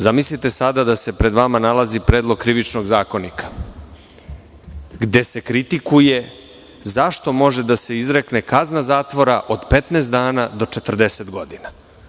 Zamislite sada da se pred vama nalazi predlog Krivičnog zakonika, gde se kritikuje zašto može da se izrekne kazna zatvora od 15 dana do 40 godina.